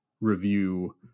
review